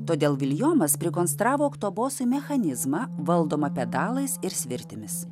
todėl viljomas prikonstravo oktobosui mechanizmą valdomą pedalais ir svirtimis